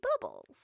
bubbles